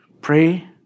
pray